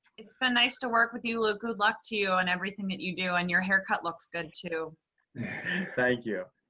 it's been nice to work with you, luke. good luck to you in everything that you do, and your haircut looks good, too. luke thank you.